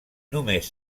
només